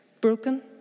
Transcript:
broken